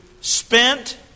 spent